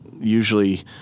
usually